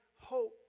hope